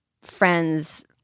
friends